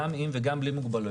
גם עם וגם בלי מוגבלויות,